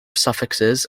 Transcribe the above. suffixes